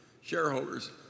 shareholders